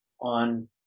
on